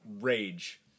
rage